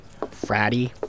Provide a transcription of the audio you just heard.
Fratty